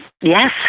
Yes